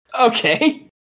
Okay